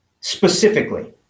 Specifically